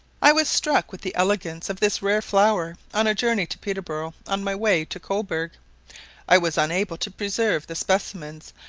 i was struck with the elegance of this rare flower on a journey to peterborough, on my way to cobourg i was unable to preserve the specimens,